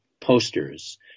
posters